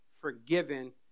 forgiven